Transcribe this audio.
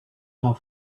have